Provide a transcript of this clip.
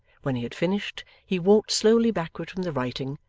when he had finished, he walked slowly backward from the writing,